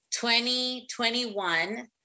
2021